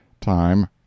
time